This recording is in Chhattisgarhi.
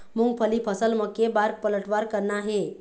मूंगफली फसल म के बार पलटवार करना हे?